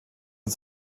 von